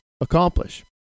accomplish